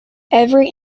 every